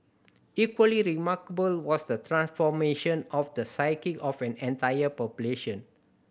equally remarkable was the transformation of the psyche of an entire population